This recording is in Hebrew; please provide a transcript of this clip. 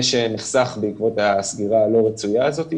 שנחסך בעקבות הסגירה הלא רצויה הזאת,